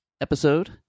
episode